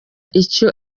icyo